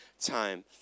time